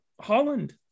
Holland